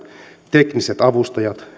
tekniset avustajat